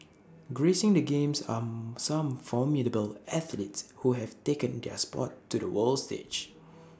gracing the games are some formidable athletes who have taken their Sport to the world stage